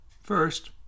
First